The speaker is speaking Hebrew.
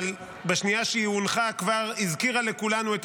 אבל בשנייה שהיא הונחה היא כבר הזכירה לכולנו את